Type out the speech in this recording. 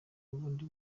ubundi